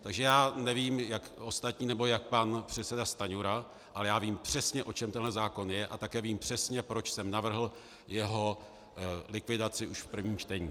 Takže nevím, jak ostatní, jak pan předseda Stanjura, ale já vím přesně, o čem tenhle zákon je, a také vím přesně, proč jsem navrhl jeho likvidaci už v prvém čtení.